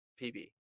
PB